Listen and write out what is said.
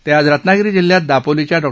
ते आज रत्नागिरी जिल्ह्यात दापोलीच्या डॉ